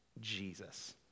Jesus